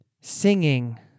singing